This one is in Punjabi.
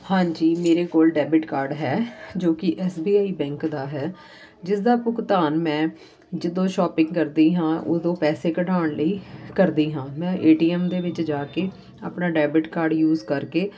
ਹਾਂਜੀ ਮੇਰੇ ਕੋਲ ਡੈਬਿਟ ਕਾਰਡ ਹੈ ਜੋ ਕਿ ਐਸ ਬੀ ਆਈ ਬੈਂਕ ਦਾ ਹੈ ਜਿਸ ਦਾ ਭੁਗਤਾਨ ਮੈਂ ਜਦੋਂ ਸ਼ੋਪਿੰਗ ਕਰਦੀ ਹਾਂ ਉਦੋਂ ਪੈਸੇ ਕਢਵਾਉਣ ਲਈ ਕਰਦੀ ਹਾਂ ਮੈਂ ਏ ਟੀ ਐਮ ਦੇ ਵਿੱਚ ਜਾ ਕੇ ਆਪਣਾ ਡੈਬਿਟ ਕਾਰਡ ਯੂਜ ਕਰਕੇ